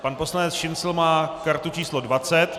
Pan poslanec Šincl má kartu číslo 20.